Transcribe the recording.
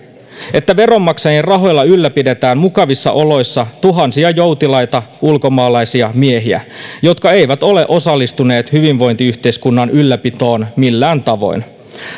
että veronmaksajien rahoilla ylläpidetään mukavissa oloissa tuhansia joutilaita ulkomaalaisia miehiä jotka eivät ole osallistuneet hyvinvointiyhteiskunnan ylläpitoon millään tavoin